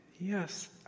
Yes